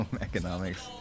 economics